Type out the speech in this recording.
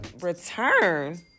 return